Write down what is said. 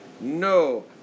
no